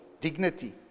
dignity